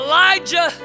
Elijah